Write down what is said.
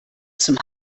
zum